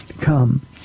come